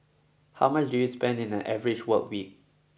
how much do you spend in an average work week